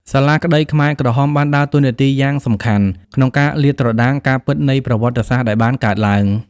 សាលាក្ដីខ្មែរក្រហមបានដើរតួនាទីយ៉ាងសំខាន់ក្នុងការលាតត្រដាងការពិតនៃប្រវត្តិសាស្ត្រដែលបានកើតឡើង។